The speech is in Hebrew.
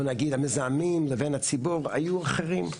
נגיד המזהמים לבין הציבור היו אחרים,